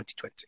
2020